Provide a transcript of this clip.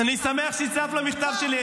אני שמח שהצטרפת למכתב שלי.